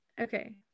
okay